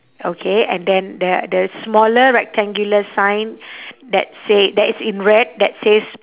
okay and then there the smaller rectangular sign that said that is in red that says